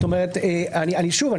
שוב,